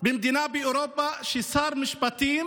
שבמדינה באירופה שר המשפטים